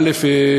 א.